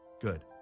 Good